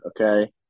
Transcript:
Okay